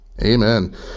Amen